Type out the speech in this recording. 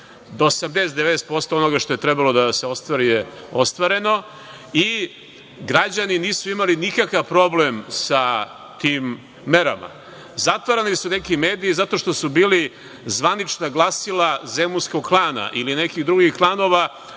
80%, 90% onoga što je trebalo da se ostvari je ostvareno, i građani nisu imali nikakav problem sa tim merama. Zatvarani su neki mediji zato što su bili zvanična glasila zemunskog klana ili nekih drugih klanova